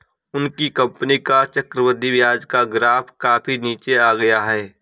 उनकी कंपनी का चक्रवृद्धि ब्याज का ग्राफ काफी नीचे आ गया है